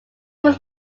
was